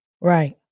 Right